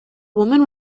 woman